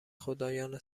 خدایان